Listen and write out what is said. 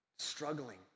Struggling